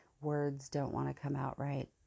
words-don't-want-to-come-out-right